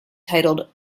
titled